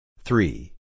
Three